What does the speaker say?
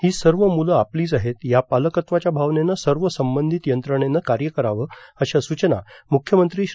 ही सर्व मुलं आपलीच आहेत या पालकत्वाच्या भावनेनं सर्व संबंधित यंत्रणेनं कार्य करावं अशा सूचना मुख्यमंत्री श्री